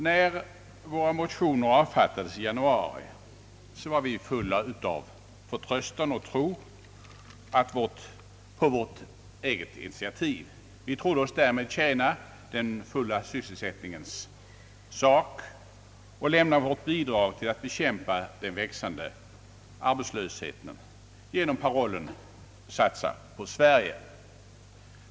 När våra motioner avfattades i januari, var vi fulla av förtröstan och tro på vårt eget initiativ. Vi trodde oss därmed tjäna den fulla sysselsättningens sak och lämna vårt bidrag till att bekämpa den växande arbetslösheten genom parollen » Satsa på Sverige».